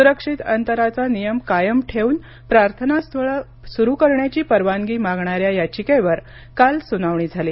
सुरक्षित अंतराचा नियम कायम ठेवून प्रार्थनास्थळं सुरू करण्याची परवानगी मागणाऱ्या याचिकेवर काल सुनावणी झाली